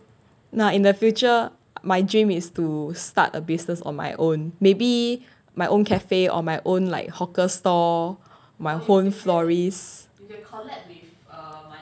now in the future my dream is to start a business on my own maybe my own cafe on my own like hawker stall my own florists